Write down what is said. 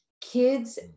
Kids